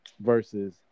versus